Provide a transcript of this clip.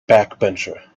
backbencher